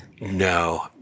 No